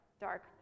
dark